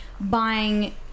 buying